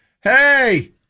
Hey